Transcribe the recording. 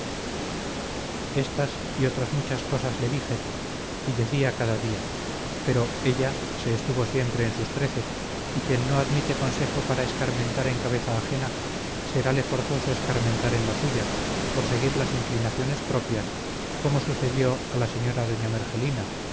estas y otras muchas cosas le dije y decía cada día pero ella se estuvo siempre en sus trece y quien no admite consejo para escarmentar en cabeza ajena serále forzoso escarmentar en la suya por seguir las inclinaciones propias como sucedió a la señora doña mergelina